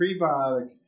prebiotic